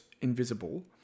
invisible